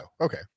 okay